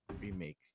remake